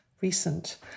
recent